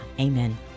Amen